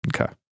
Okay